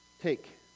Take